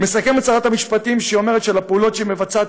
מסכמת שרת המשפטים ואומרת שלפעולות שהיא מבצעת